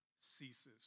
ceases